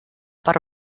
per